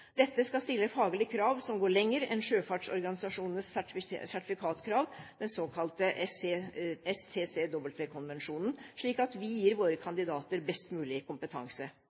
Dette skal stille faglige krav som går lenger enn sjøfartsorganisajonenes sertifikatkrav, den såkalte STCW-konvensjonen, slik at vi gir våre kandidater best mulig kompetanse.